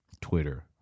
Twitter